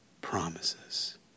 promises